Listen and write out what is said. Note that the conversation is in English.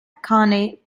khanate